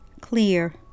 clear